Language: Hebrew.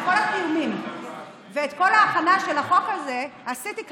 את כל התיאומים ואת כל ההכנה של החוק הזה עשיתי,